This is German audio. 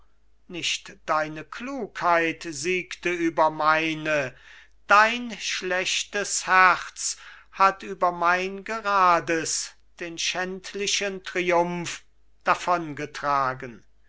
nicht deine klugheit siegte über meine dein schlechtes herz hat über mein gerades den schändlichen triumph davongetragen